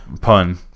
pun